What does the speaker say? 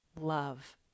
love